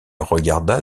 regarda